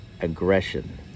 aggression